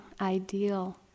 ideal